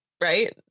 right